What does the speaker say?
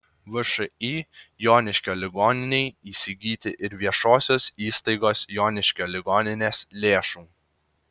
všį joniškio ligoninei įsigyti ir viešosios įstaigos joniškio ligoninės lėšų